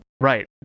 Right